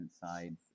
sides